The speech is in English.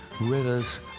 rivers